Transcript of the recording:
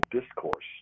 discourse